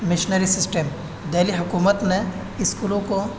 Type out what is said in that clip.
missionary system Delhi حکومت نے اسکولوں کو